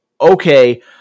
okay